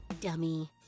Dummy